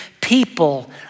People